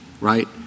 right